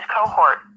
cohort